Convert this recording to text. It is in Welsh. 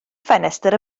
ffenestr